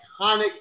iconic